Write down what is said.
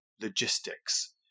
logistics